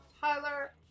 Tyler